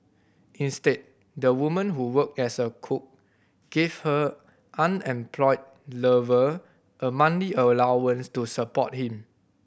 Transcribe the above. instead the woman who worked as a cook gave her unemployed lover a monthly allowance to support him